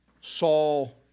Saul